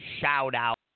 shout-out